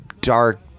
dark